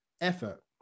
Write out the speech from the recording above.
effort